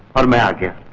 are mad. you